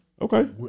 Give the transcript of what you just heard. Okay